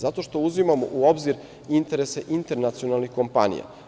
Zato što uzimam u obzir interese internacionalnih kompanija.